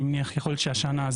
יכול להיות שהשנה,